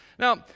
Now